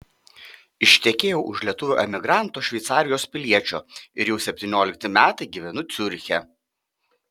ištekėjau už lietuvio emigranto šveicarijos piliečio ir jau septyniolikti metai gyvenu ciuriche